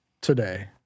today